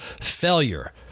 Failure